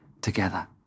together